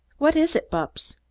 what is it, bupps?